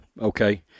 okay